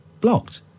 blocked